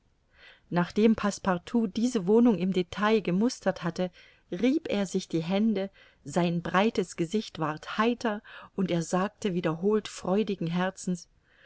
nachdem passepartout diese wohnung im detail gemustert hatte rieb er sich die hände sein breites gesicht ward heiter und er sagte wiederholt freudigen herzens